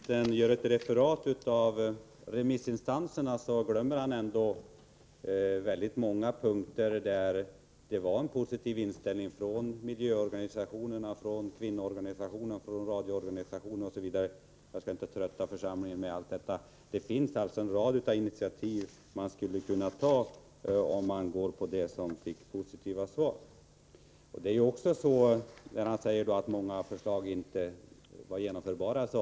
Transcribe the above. Herr talman! Civilministern ger ett referat över remissinstanserna. Men han glömmer väldigt många punkter när det gäller den positiva inställning man visat från miljöorganisationerna, kvinnoorganisationerna, radioorganisationerna osv. Jag skall inte trötta denna församling med en ytterligare uppräkning. Jag vill bara framhålla att man skulle kunna ta en rad initiativ, att döma av de positiva svaren. Civilministern säger att många förslag inte var genomförbara.